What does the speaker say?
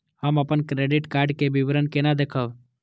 हम अपन credit card के विवरण केना देखब?